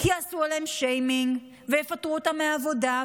כי יעשו עליהן שיימינג ויפטרו אותן מהעבודה,